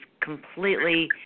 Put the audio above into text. completely